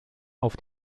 auf